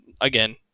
Again